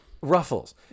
Ruffles